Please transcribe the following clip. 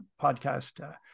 podcast